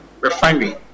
Refinery